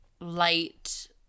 light